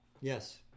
yes